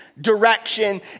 direction